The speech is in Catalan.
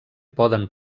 poden